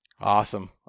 Awesome